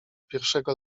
pierwszego